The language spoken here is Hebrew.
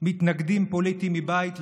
מתנגדים פוליטיים מבית,